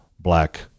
Black